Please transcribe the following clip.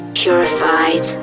purified